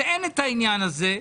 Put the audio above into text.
כשאין את העניין הזה,